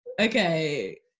Okay